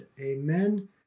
Amen